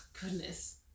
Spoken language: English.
Goodness